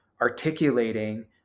articulating